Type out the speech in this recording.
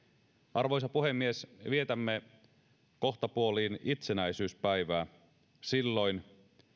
arvoisa puhemies vietämme kohtapuoliin itsenäisyyspäivää silloin